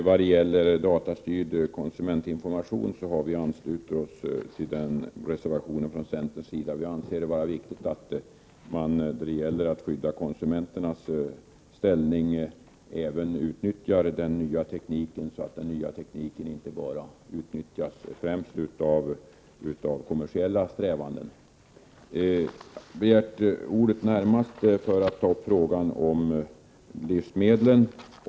Fru talman! Från centerns sida har vi anslutit oss till reservationen om datastyrd konsumentinformation. Vi anser det vara viktigt att utnyttja ny teknik för att stärka konsumenternas ställning, så att den nya tekniken inte enbart utnyttjas för kommersiella strävanden. Jag begärde ordet närmast för att ta upp frågan om livsmedlen.